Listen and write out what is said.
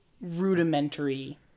rudimentary